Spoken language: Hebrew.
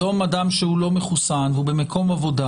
היום אדם שהוא לא מחוסן והוא במקום עבודה,